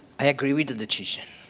i agree with the decision.